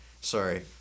Sorry